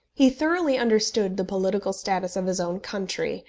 he thoroughly understood the political status of his own country,